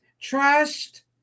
trust